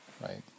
right